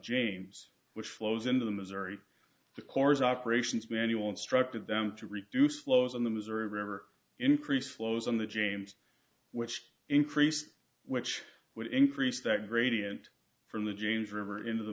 james which flows into the missouri the corps operations manual instructed them to reduce flows on the missouri river increase flows on the james which increased which would increase that gradient from the james river into the